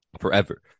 forever